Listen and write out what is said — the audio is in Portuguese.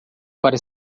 para